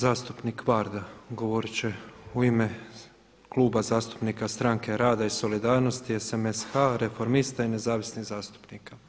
Zastupnik Varda govoriti će u ime Kluba zastupnika Stranke rada i solidarnosti SMSH Reformista i Nezavisnih zastupnika.